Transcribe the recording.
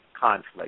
conflict